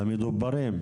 למדוברים.